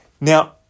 Now